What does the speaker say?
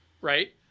right